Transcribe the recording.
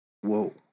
Whoa